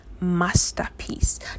masterpiece